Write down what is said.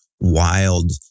wild